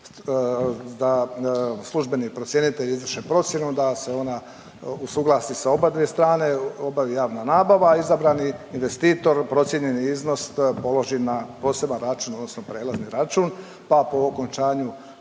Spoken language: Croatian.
da službeni procjenitelji izvrše procjenu, da se ona usuglasi sa obadve strane, obavi javna nabava, izabrani investitor procijenjeni iznos položi na poseban račun odnosno prelazni račun pa po okončanju